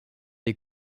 des